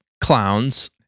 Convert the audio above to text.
clowns